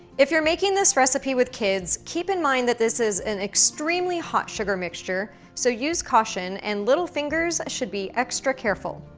if you're making this recipe with kids, keep in mind that this is an extremely hot sugar mixture, so use caution, and little fingers should be extra careful.